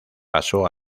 pasó